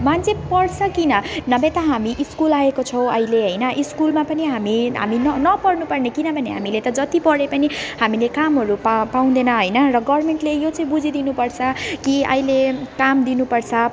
मान्छे पढ्छ किन नभए त हामी स्कुल आएको छौँ अहिले होइन स्कुलमा पनि हामी हामी न नपढ्नुपर्ने किनभने हामीले त जति पढे पनि हामीले कामहरू पा पाउँदैन होइन र गभर्मेन्टले यो चाहिँ बुझिदिनु पर्छ कि अहिले काम दिनुपर्छ